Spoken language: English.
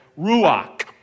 ruach